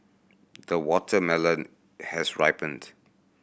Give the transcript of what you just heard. the watermelon has ripened